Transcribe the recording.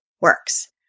works